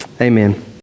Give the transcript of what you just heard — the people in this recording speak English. Amen